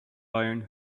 iron